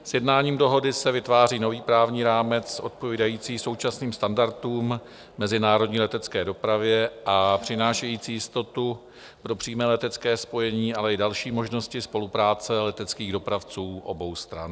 Sjednáním dohody se vytváří nový právní rámec odpovídající současným standardům v mezinárodní letecké dopravě a přinášející jistotu pro přímé letecké spojení, ale i další možnosti spolupráce leteckých dopravců obou stran.